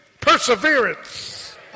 perseverance